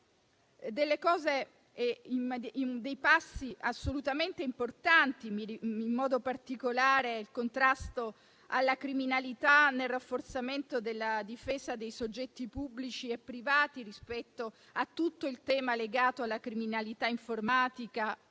dei passi assolutamente importanti, in modo particolare il contrasto alla criminalità e il rafforzamento della difesa dei soggetti pubblici e privati rispetto a tutto il tema legato alla criminalità informatica